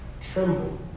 tremble